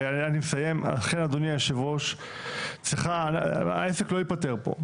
מסיים, אכן אדוני יושב הראש, העסק לא ייפתר פה.